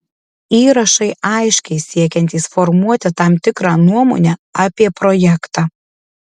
įrašai aiškiai siekiantys formuoti tam tikrą nuomonę apie projektą